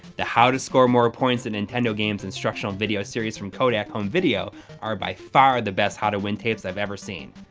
the how to score more points at nintendo games instructional series from kodak home video are by far the best how to win tapes i've ever seen.